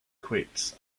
quits